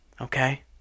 okay